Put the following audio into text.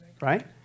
right